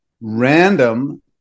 random